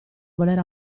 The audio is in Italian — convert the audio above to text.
voler